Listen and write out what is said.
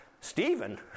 Stephen